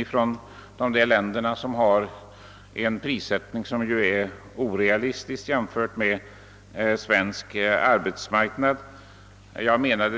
Det gäller import från länder med en prissättning som jämförd med de svenska arbetslönerna ter sig orealistisk. Jag framhöll, när jag tackade för svaret på frågan, att